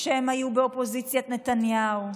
כשהם היו באופוזיציית נתניהו,